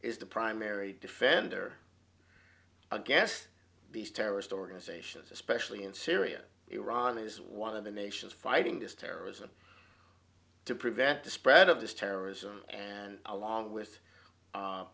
is the primary defender against these terrorist organizations especially in syria iran is one of the nations fighting this terrorism to prevent the spread of this terrorism and along with